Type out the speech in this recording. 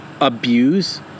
abuse